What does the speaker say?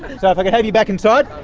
so, if i could have you back inside?